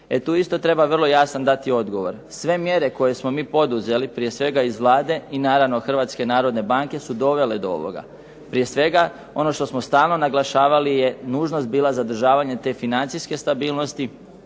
E tu isto treba vrlo jasan dati odgovor. Sve mjere koje smo mi poduzeli prije svega iz Vlade i naravno Hrvatske narodne banke su dovele do ovoga. Prije svega, ono što smo stalno naglašavali je nužnost bila zadržavanja te financijske stabilnosti